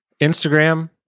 Instagram